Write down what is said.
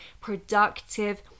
productive